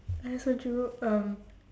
I also drew um